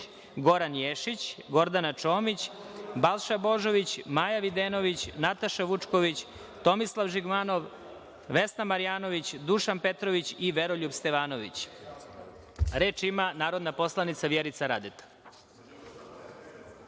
Goran Ješić, Gordana Čomić, Balša Božović, Maja Videnović, Nataša Vučković, Tomislav Žigmanov, Vesna Marjanović, Dušan Petrović i Veroljub Stevanović. Reč ima narodni poslanik Vjerica Radeta.